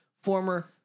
former